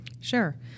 Sure